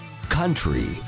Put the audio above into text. country